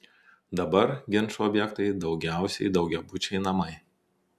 dabar ginčų objektai daugiausiai daugiabučiai namai